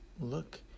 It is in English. look